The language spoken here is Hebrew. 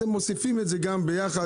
אז מוסיפים ביחד.